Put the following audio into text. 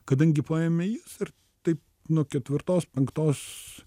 kadangi paėmė jį ir taip nuo ketvirtos penktos